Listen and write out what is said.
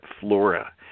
flora